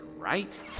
right